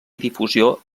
difusió